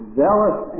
zealous